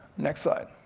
next slide.